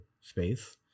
space